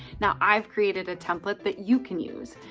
now i've created a template that you can use.